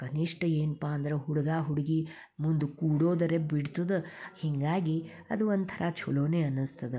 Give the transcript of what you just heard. ಕನಿಷ್ಠ ಏನಪ್ಪ ಅಂದ್ರೆ ಹುಡುಗ ಹುಡುಗಿ ಮುಂದೆ ಕೂಡೋದರೂ ಬಿಡ್ತದೆ ಹೀಗಾಗಿ ಅದು ಒಂಥರ ಚಲೋನೆ ಅನಸ್ತದೆ